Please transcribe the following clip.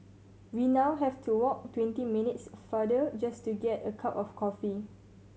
we now have to walk twenty minutes farther just to get a cup of coffee